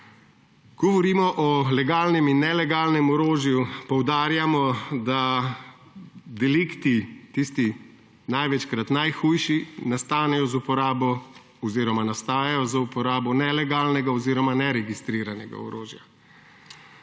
Govorimo o legalnem in nelegalnem orožju, poudarjamo, da delikti, tisti največkrat najhujši, nastajajo z uporabo nelegalnega oziroma neregistriranega orožja.